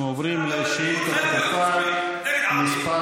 אנחנו עוברים לשאילתה דחופה מס'